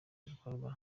gikorwa